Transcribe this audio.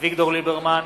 אביגדור ליברמן,